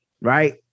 right